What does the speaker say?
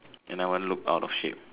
and I won't look out of shape